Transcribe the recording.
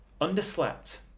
underslept